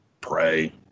Pray